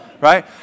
right